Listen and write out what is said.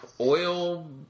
oil